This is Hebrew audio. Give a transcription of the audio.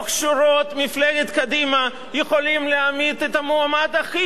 יכולים להעמיד את המועמד הכי טוב שיכול להיות לתפקיד הזה.